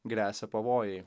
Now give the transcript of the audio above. gresia pavojai